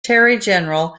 general